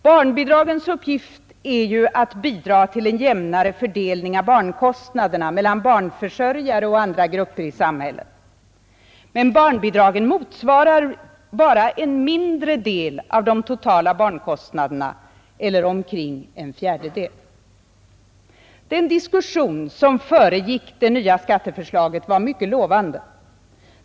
Barnbidragens uppgift är ju att bidra till en jämnare fördelning av barnkostnaderna mellan barnförsörjare och andra grupper i samhället. Men barnbidragen motsvarar bara en mindre del av de totala barnkostnaderna, eller omkring en fjärdedel. Den diskussion som föregick det nya skatteförslaget var mycket lovande.